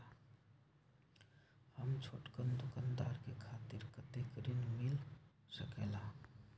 हम छोटकन दुकानदार के खातीर कतेक ऋण मिल सकेला?